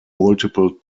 multiple